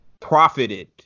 profited